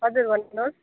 हजुर भन्नुहोस् न